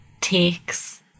takes